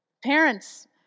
Parents